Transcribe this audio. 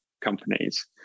companies